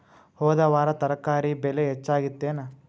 ಹೊದ ವಾರ ತರಕಾರಿ ಬೆಲೆ ಹೆಚ್ಚಾಗಿತ್ತೇನ?